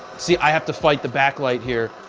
see, i have to fight the back light here,